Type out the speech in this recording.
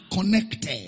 connected